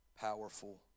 powerful